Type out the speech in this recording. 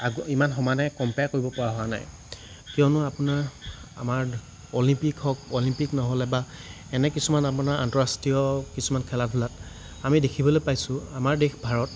আগ ইমান সমানে কমপেয়াৰ কৰিব পৰা হোৱা নাই কিয়নো আপোনাৰ আমাৰ অলিম্পিক হওক অলিম্পিক নহ'লে বা এনে কিছুমান আপোনাৰ আন্ত ৰাষ্ট্ৰীয় কিছুমান খেলা ধূলাত আমি দেখিবলৈ পাইছোঁ আমাৰ দেশ ভাৰত